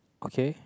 okay